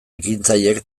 ekintzailek